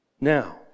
Now